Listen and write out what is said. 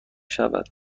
شود